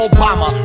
Obama